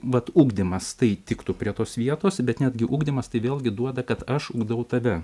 vat ugdymas tai tiktų prie tos vietos bet netgi ugdymas tai vėlgi duoda kad aš ugdau tave